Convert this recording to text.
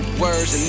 words